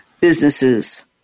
businesses